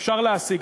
אפשר להשיג.